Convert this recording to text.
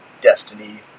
Destiny